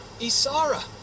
Isara